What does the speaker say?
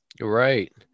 Right